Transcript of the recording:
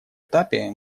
этапе